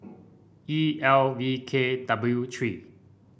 E L V K W three